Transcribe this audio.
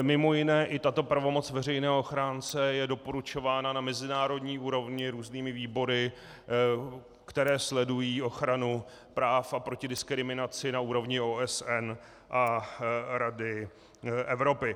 Mimo jiné i tato pravomoc veřejného ochránce je doporučována na mezinárodní úrovni různými výbory, které sledují ochranu práv a proti diskriminaci OSN a Rady Evropy.